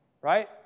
Right